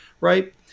right